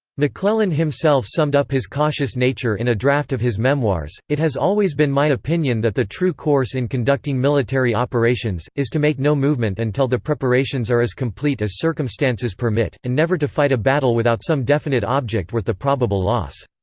mcclellan himself summed up his cautious nature in a draft of his memoirs it has always been my opinion that the true course in conducting military operations, is to make no movement until the preparations are as complete as circumstances permit, and never to fight a battle without some definite object worth the probable loss.